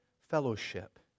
fellowship